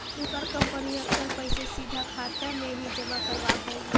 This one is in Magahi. उनकर कंपनी अक्सर पैसे सीधा खाते में ही जमा करवाव हई